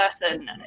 person